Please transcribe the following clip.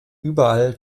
überall